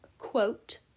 quote